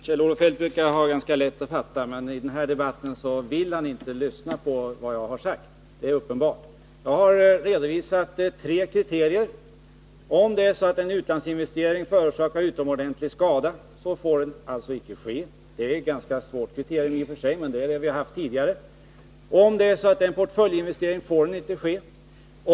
Herr talman! Kjell-Olof Feldt brukar ha lätt att fatta. I den här debatten vill han uppenbarligen inte höra vad jag säger. Jag har redovisat tre kriterier. Om det är så att en utlandsinvestering förorsakar utomordentlig skada får den icke ske. Det är i och för sig ett ganska svårt kriterium, men det är det vi haft tidigare. Om det är fråga om en portföljinvestering får den inte ske.